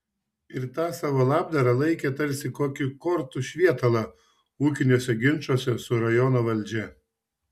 ir tą savo labdarą laikė tarsi kokį kortų švietalą ūkiniuose ginčuose su rajono valdžia